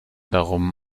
darum